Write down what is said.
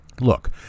look